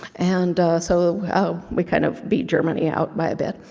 and so we kind of beat germany out by a bit,